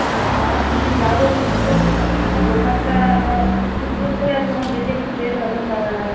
আচ্ছা আমি যাবো কিন্তু দোকানটা একটু দূরত্বে হয়ে যাচ্ছে আমার যেতে একটু লেট হবে তা